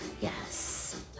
Yes